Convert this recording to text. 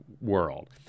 world